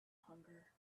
hunger